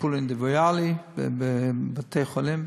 טיפול אינדיבידואלי בבתי-חולים,